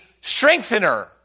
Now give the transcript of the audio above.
strengthener